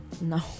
No